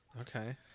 Okay